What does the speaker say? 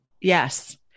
Yes